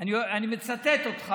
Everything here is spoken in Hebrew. אני מצטט אותך,